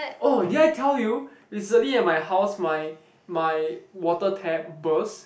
oh did I tell you recently at my house my my water tap burst